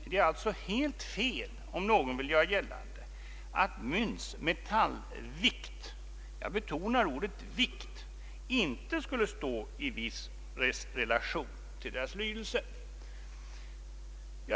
Det är alltså helt fel om någon vill göra gällande att mynts metallvikt — jag betonar ordet vikt — inte skulle stå i viss relation till deras lydelse.